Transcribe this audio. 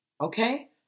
Okay